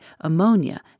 ammonia